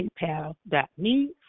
PayPal.me